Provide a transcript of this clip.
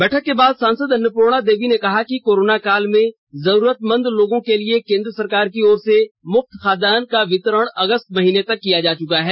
बैठक के बाद सांसद अन्नपूर्णा देवी ने कहा कि कोरोना काल में जरूरतमंद लोगों के लिए केंद्र सरकार की ओर से मुफ्त खाद्यान्न का वितरण अगस्त महीने तक का किया जा चुका है